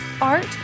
art